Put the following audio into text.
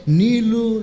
nilu